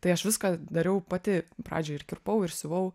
tai aš viską dariau pati pradžioj ir kirpau ir siuvau